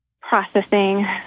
processing